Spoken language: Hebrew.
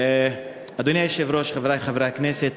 אדוני היושב-ראש, חברי חברי הכנסת,